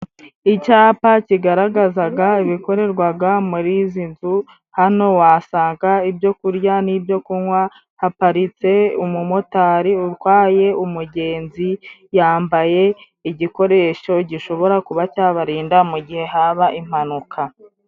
Icyapa kigaragazaga ibikorerwaga muri izi nzu, hano wasanga ibyo kurya n'ibyo kunywa, haparitse umu motari utwaye umugenzi yambaye igikoresho gishobora kuba cyabarinda mu gihe haba impanuka.